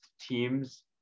teams